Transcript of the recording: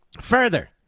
Further